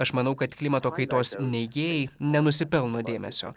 aš manau kad klimato kaitos neigėjai nenusipelno dėmesio